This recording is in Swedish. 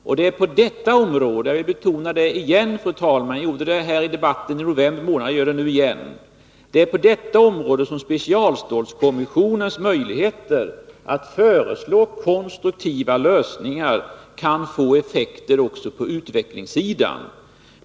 Jag vill återigen betona, fru talman — jag gjorde det tidigare i debatten i november månad — att det är på detta område som specialstålskommissionens möjligheter att föreslå konstruktiva lösningar kan få effekter också på utvecklingssidan.